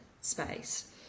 space